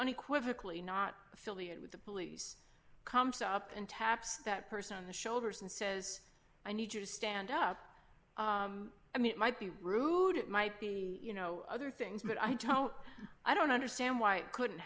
unequivocally not affiliated with the police comes up and taps that person on the shoulders and says i need you to stand up i mean it might be rude it might be you know other things but i tell you i don't understand why it couldn't